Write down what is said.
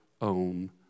own